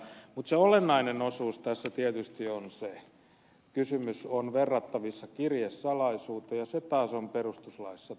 mutta se olennainen osuus tässä tietysti on se että kysymys on verrattavissa kirjesalaisuuteen ja se taas on perustuslaissa turvattu